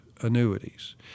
annuities